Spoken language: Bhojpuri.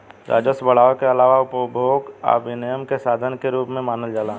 राजस्व बढ़ावे के आलावा उपभोग आ विनियम के साधन के रूप में मानल जाला